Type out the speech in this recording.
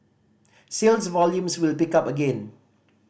sales volumes will pick up again